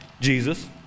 Jesus